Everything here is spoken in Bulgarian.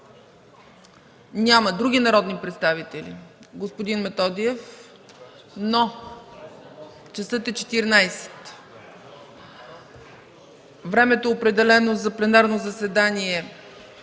Няма. Други народни представители? Господин Методиев. Обаче, часът е 14,00. Времето определено за пленарно заседание